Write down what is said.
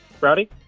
Rowdy